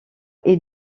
est